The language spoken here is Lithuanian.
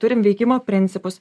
turim veikimo principus